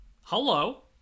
Hello